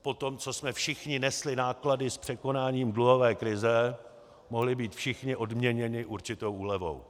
Po tom, co jsme všichni nesli náklady s překonáním dluhové krize, mohli být všichni odměněni určitou úlevou.